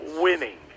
winning